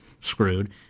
screwed